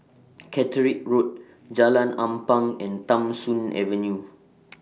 Caterick Road Jalan Ampang and Tham Soong Avenue